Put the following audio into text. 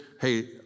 hey